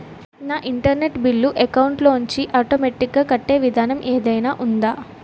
నా internet bill account లోంచి automatic గా కట్టే విధానం ఏదైనా ఉందా?